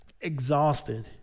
exhausted